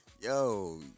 yo